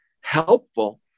helpful